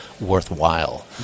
worthwhile